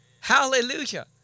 hallelujah